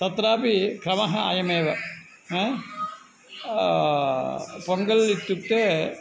तत्रापि क्रमः अयमेव हा पोङ्गल् इत्युक्ते